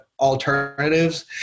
alternatives